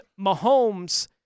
Mahomes